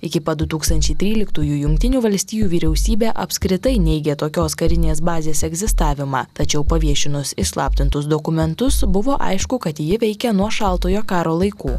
iki pat du tūkstančiai tryliktųjų jungtinių valstijų vyriausybė apskritai neigė tokios karinės bazės egzistavimą tačiau paviešinus išslaptintus dokumentus buvo aišku kad ji veikia nuo šaltojo karo laikų